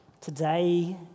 today